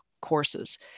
courses